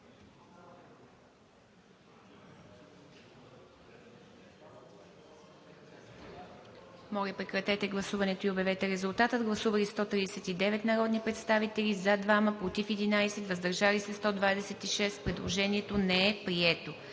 Моля, прекратете гласуването и обявете резултата. Гласували 101 народни представители, за 87, против няма и въздържали се 14. Предложението е прието.